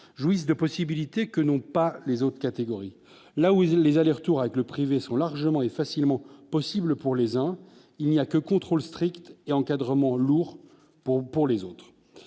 jouissent de possibilités que n'ont pas les autres catégories, là où il les aller-retour avec le privé sont largement et facilement possible pour les uns, il n'y a que le contrôle strict et encadrement lourd pour pour les autres,